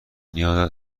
نیاز